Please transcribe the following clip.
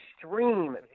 extreme